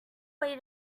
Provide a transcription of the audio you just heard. way